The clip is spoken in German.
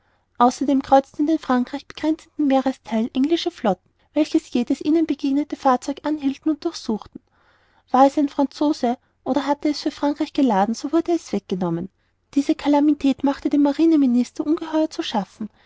außerdem kreuzten in den frankreich begrenzenden meerestheilen englische flotten welche jedes ihnen begegnende fahrzeug anhielten und durchsuchten war es ein franzose oder hatte es für frankreich geladen so wurde es weggenommen diese calamität machte dem marineminister ungeheuer zu schaffen